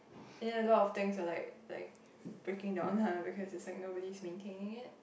and then a lot of things are like like breaking down lah because it's like nobody is maintaining it